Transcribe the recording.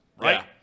right